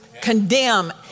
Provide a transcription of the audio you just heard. condemn